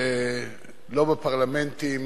שלא בפרלמנטים,